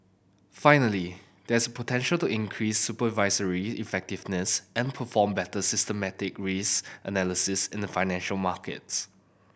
finally there is potential to increase supervisory effectiveness and perform better systemic risk analysis in the financial markets